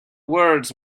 words